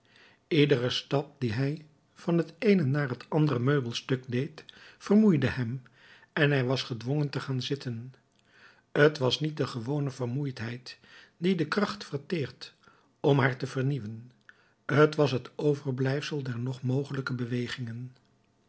iedere stap dien hij van het eene naar het andere meubelstuk deed vermoeide hem en hij was gedwongen te gaan zitten t was niet de gewone vermoeidheid die de kracht verteert om haar te hernieuwen t was het overblijfsel der nog mogelijke bewegingen